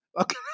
okay